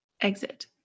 Exit